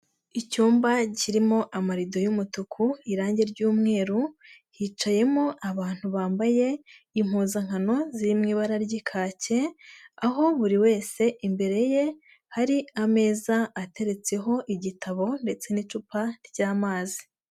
Icyumba kirimo amarido y'umutuku irangi ry'umweru, hicayemo abantu bambaye impuzankano ziri mu ibara ry'ikake, aho buri wese imbere ye hari ameza ateretseho igitabo, ndetse n'icupa ry'amazi.